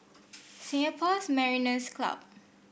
Singapore's Mariners' Club